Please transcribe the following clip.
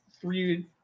three